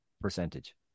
percentage